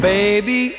baby